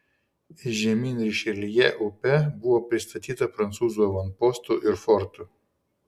žemyn rišeljė upe buvo pristatyta prancūzų avanpostų ir fortų